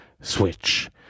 switch